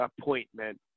appointment